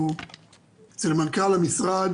אצל מנכ"ל המשרד,